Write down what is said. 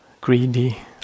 greedy